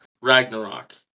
Ragnarok